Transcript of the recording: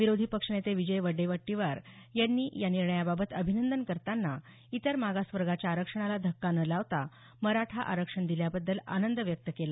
विरोधी पक्षनेते विजय वडेवट्टीवार यांनी या निर्णयाबाबत अभिनंदन करताना इतर मागासवर्गाच्या आरक्षणाला धक्का न लावता मराठा आरक्षण दिल्याबद्दल आनंद व्यक्त केला